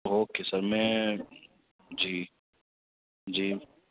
okay sir میں جی جی